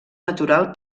natural